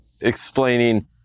explaining